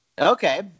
Okay